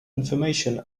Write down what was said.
information